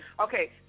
Okay